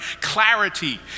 Clarity